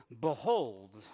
behold